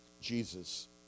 Jesus